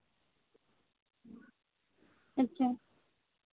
ᱟᱪᱪᱷᱟ